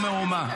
לכן הייתה מהומה.